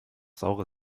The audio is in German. saure